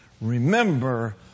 remember